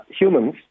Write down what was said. humans